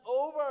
over